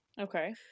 Okay